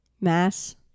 Mass